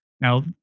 Now